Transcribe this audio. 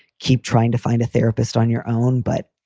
keep trying to find a therapist on your own, but.